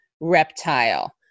reptile